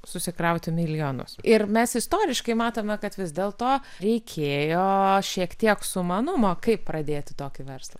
susikrauti milijonus ir mes istoriškai matome kad vis dėl to reikėjo šiek tiek sumanumo kaip pradėti tokį verslą